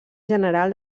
general